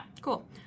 Cool